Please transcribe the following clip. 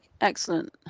excellent